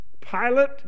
Pilate